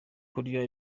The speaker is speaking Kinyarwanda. kurya